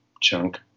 chunk